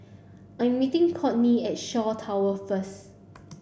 I'm meeting Courtney at Shaw Towers first